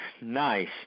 nice